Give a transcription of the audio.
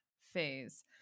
phase